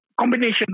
Combination